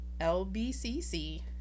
lbcc